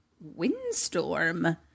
windstorm